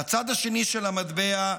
הצד השני של המטבע,